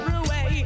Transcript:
away